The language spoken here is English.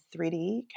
3D